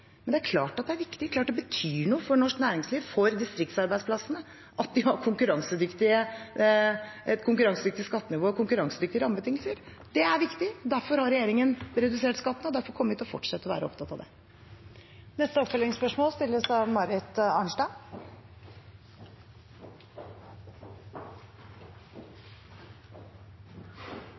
Det er klart at det er viktig, det er klart at det betyr noe – for norsk næringsliv, for distriktsarbeidsplassene – at de har et konkurransedyktig skattenivå og konkurransedyktige rammebetingelser. Det er viktig. Derfor har regjeringen redusert skatten, og derfor kommer vi til å fortsette å være opptatt av det. Det blir oppfølgingsspørsmål – først Marit Arnstad.